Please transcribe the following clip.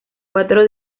cuatro